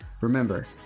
Remember